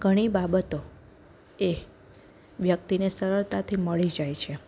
ઘણી બાબતો એ વ્યક્તિને સરળતાથી મળી જાય છે